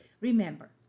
Remember